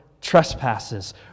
trespasses